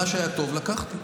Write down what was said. מה שהיה טוב, לקחתי.